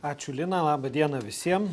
ačiū lina laba diena visiem